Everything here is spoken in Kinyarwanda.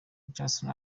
jason